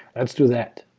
let's do that.